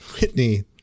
Whitney